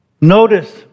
Notice